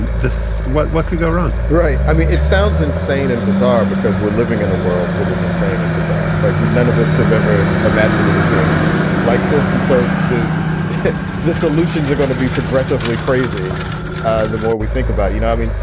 and this what what could go wrong? all right. i mean, it sounds insane and bizarre because we're living in a world that is insane and bizarre, like we'd none of us have ever imagined anything like this. and so the the solutions are going to be progressively crazy ah the more we think about, you know, i mean,